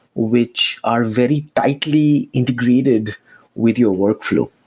which are very tightly integrated with your workflow.